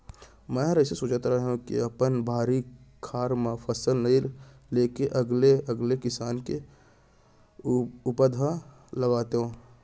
मैंहर एसो सोंचत रहें के अपन भर्री खार म फसल नइ लेके अलगे अलगे किसम के पउधा लगातेंव